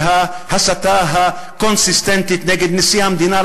ההסתה הקונסיסטנטית נגד נשיא המדינה,